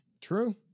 True